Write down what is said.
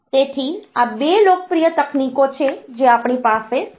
તેથી આ 2 લોકપ્રિય તકનીકો છે જે આપણી પાસે છે